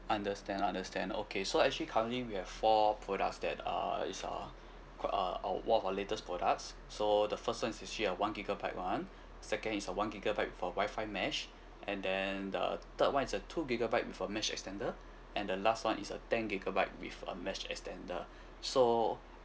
understand understand okay so actually currently we have four products that uh is uh qu~ uh one of our latest products so the first one is actually a one gigabyte one second is a one gigabyte with a wifi mesh and then the third one is a two gigabyte with a mesh extender and the last one is a ten gigabyte with a mesh extender so